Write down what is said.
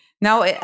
Now